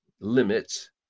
limits